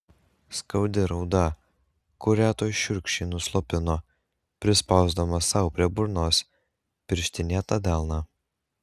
skaudi rauda kurią tuoj šiurkščiai nuslopino prispausdamas sau prie burnos pirštinėtą delną